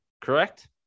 Correct